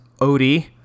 Odie